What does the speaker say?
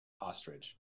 ostrich